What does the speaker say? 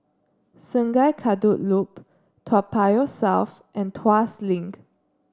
Sungei Kadut Loop Toa Payoh South and Tuas Link